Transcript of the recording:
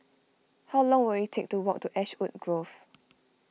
how long will it take to walk to Ashwood Grove